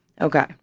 Okay